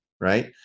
right